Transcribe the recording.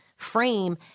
frame